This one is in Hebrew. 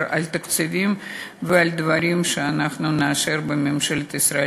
על תקציבים ועל דברים שאנחנו נאשר בממשלת ישראל.